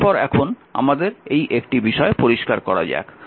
তারপর এখন আমাদের এই একটি বিষয় পরিষ্কার করা যাক